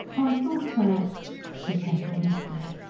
i thought per'aps. said hempel meekly.